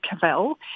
Cavell